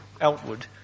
outward